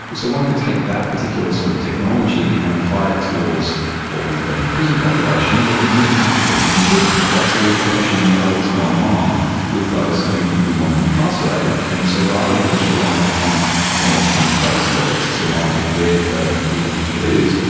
but so one could take on that particular sort of technology and apply it towards what we think of as a prison population, but we wouldn't have to put them in prisons. so we we could actually know what's going on with those whom we want to incarcerate. and so rather than just relying upon an electronic bracelet to monitor where the the individual is,